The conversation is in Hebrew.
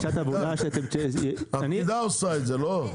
שעת עבודה --- הפקידה עושה את זה, לא?